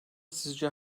sizce